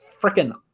Freaking